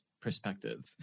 perspective